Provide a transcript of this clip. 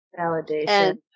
validation